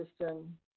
system